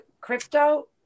crypto